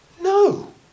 No